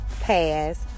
pass